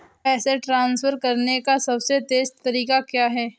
पैसे ट्रांसफर करने का सबसे तेज़ तरीका क्या है?